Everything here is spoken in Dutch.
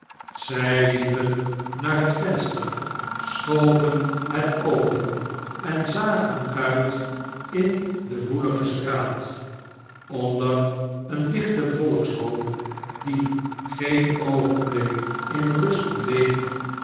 zij liepen naar het venster schoven het open en zagen uit in de woelige straat onder een dichten volkshoop die geen oogenblik in rust bleef